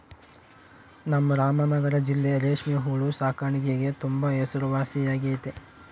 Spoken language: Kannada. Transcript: ನಮ್ ರಾಮನಗರ ಜಿಲ್ಲೆ ರೇಷ್ಮೆ ಹುಳು ಸಾಕಾಣಿಕ್ಗೆ ತುಂಬಾ ಹೆಸರುವಾಸಿಯಾಗೆತೆ